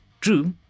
True